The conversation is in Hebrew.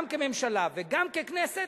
גם כממשלה וגם ככנסת,